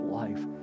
life